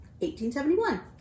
1871